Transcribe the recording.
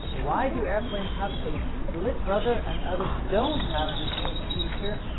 why do airplanes have a split rudder and others don't have this unique feature?